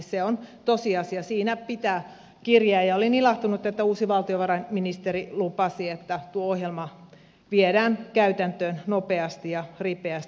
se on tosiasia siinä pitää kiriä ja olin ilahtunut että uusi valtiovarainministeri lupasi että tuo ohjelma viedään käytäntöön nopeasti ja ripeästi